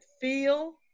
feel